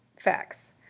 Facts